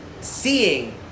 seeing